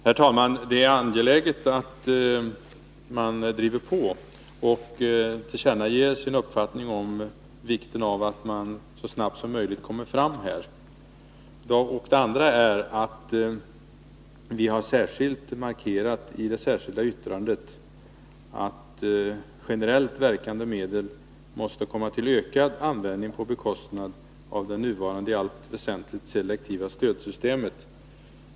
Herr talman! Det är angeläget att man driver på och tillkännager sin uppfattning om vikten av att man kommer fram så snabbt som möjligt på det här området. Vi har i det särskilda yttrandet markerat att generellt verkande medel måste komma till ökad användning på bekostnad av det nuvarande, i allt väsentligt selektiva stödsystemet.